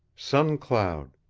sun cloud